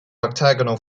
octagonal